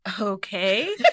Okay